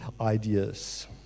ideas